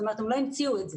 הם לא המציאו את זה.